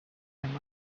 mind